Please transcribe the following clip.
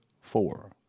four